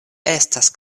estas